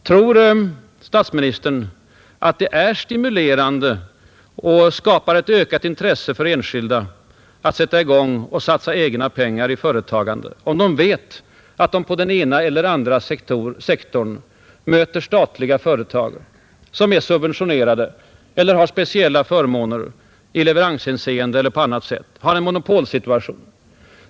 Tror statsministern att det är stimulerande och skapar ett ökat intresse hos enskilda för att sätta i gång och satsa egna pengar i företagande om de vet att de på den ena eller andra sektorn möter statliga företag, som är subventionerade, har speciella förmåner i leveranshänseende eller på annat sätt har monopol?